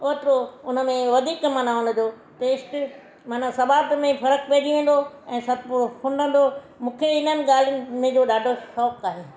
ओतिरो उनमें वधीक मना उनजो टेस्ट मना स्वादु में फरक़ पइजी वेंदो ऐं सतपुड़ो फुनंदो मूंखे इननि ॻाल्हि में मूंखे ॾाढो शौंक़ु आहे